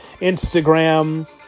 Instagram